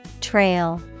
Trail